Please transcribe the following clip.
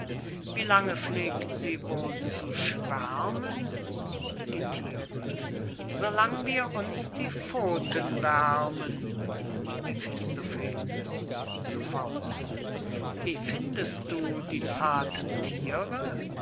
wie lange pflegt sie wohl zu schwärmen die thiere so lange wir uns die pfoten wärmen mephistopheles zu faust wie findest du die zarten thiere